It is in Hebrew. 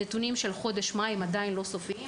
הנתונים של חודש מאי עדין אינם סופיים